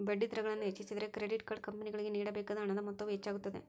ಬಡ್ಡಿದರಗಳನ್ನು ಹೆಚ್ಚಿಸಿದರೆ, credit card ಕಂಪನಿಗಳಿಗೆ ನೇಡಬೇಕಾದ ಹಣದ ಮೊತ್ತವು ಹೆಚ್ಚಾಗುತ್ತದೆ